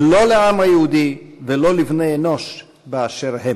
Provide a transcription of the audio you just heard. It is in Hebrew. לא לעם היהודי ולא לבני-אנוש באשר הם.